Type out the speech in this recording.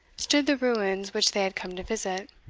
stood the ruins which they had come to visit.